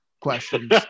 questions